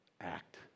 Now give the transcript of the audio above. act